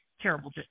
terrible